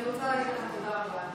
אני רוצה להגיד לך תודה רבה.